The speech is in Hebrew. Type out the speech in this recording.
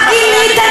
מה גילית,